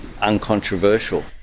uncontroversial